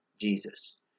Jesus